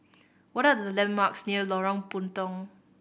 what are the landmarks near Lorong Puntong